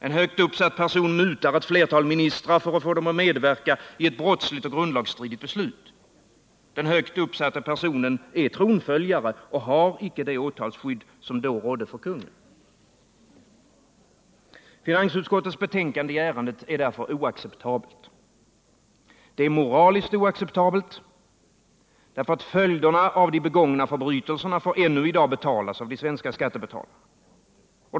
En högt uppsatt person mutar ett flertal ministrar för att få dem att medverka i ett brottsligt och grundlagsstridigt beslut. Den högt uppsatte personen är tronföljare och har icke det åtalsskydd som då rådde för kungen. Finansutskottets betänkande i ärendet är därför oacceptabelt. Det är moraliskt oacceptabelt, eftersom följderna av de begångna förbrytelserna ännu i dag får betalas av de svenska skattebetalarna.